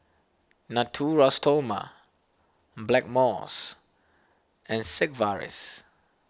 Natura Stoma Blackmores and Sigvaris